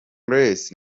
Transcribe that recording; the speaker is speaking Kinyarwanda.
grace